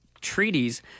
treaties